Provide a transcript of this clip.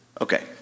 okay